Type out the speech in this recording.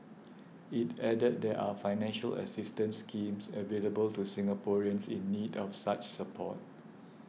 it added there are financial assistance schemes available to Singaporeans in need of such support